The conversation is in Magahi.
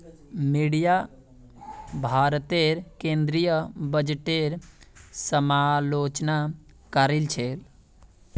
मीडिया भारतेर केंद्रीय बजटेर समालोचना करील छेक